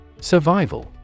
Survival